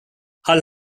hull